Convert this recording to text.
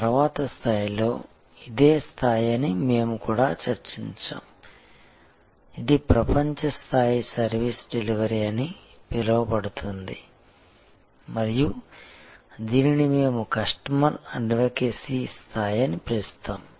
తరువాతి స్థాయిలో ఇదే స్థాయి అని మేము కూడా చర్చించాము ఇది ప్రపంచ స్థాయి సర్వీస్ డెలివరీ అని పిలవబడుతుంది మరియు దీనిని మేము కస్టమర్ అడ్వకెసీ స్థాయి అని పిలుస్తాము